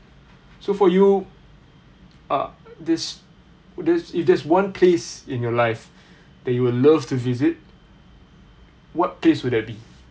so for you uh this this if there's one place in your life that you will love to visit what place will that be